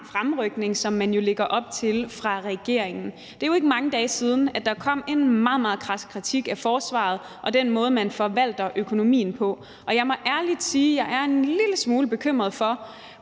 fremrykning, som man jo lægger op til fra regeringens side. Det er jo ikke mange dage siden, at der kom en meget, meget krads kritik af forsvaret og den måde, man forvalter økonomien på, og jeg må ærligt sige, at jeg er en lille smule bekymret for,